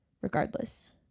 Regardless